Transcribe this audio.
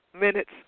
minutes